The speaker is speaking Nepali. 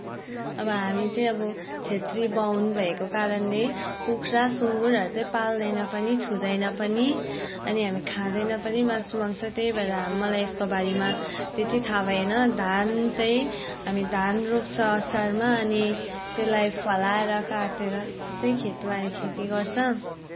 अब हामी चाहिँ अब छेत्री बाहुन भएको कारणले कुखुरा सुँगुरहरू चाहिँ पाल्दैन पनि छुदैन पनि अनि हामी खाँदैन पनि मासुमंसा त्यही भएर मलाई यसको बारेमा त्यति थाहा भएन धान चाहिँ हामी धान रोप्छ असारमा अनि त्यसलाई फलाएर काटेर त्यस्तै खेतबारी खेती गर्छ